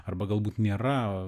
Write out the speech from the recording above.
arba galbūt nėra